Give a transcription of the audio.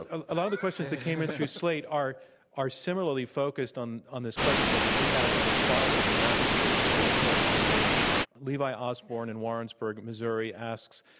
a lot of the questions that came in through slate are are similarly focused on on this question of the impact on the quality of the american political discourse and they levi osborne in warrensburg, missouri, asks,